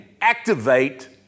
activate